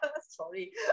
Sorry